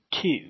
two